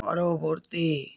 পরবর্তী